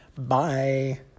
Bye